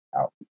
Out